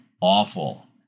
awful